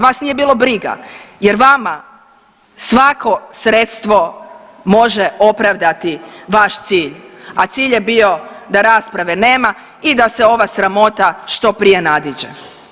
Vas nije bilo briga jer vama svako sredstvo može opravdati vaš cilj, a cilj je bio da rasprava nema i da se ova sramota što prije nadiđe.